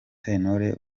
sentore